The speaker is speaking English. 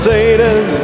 Satan